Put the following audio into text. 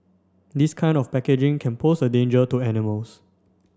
this kind of packaging can pose a danger to animals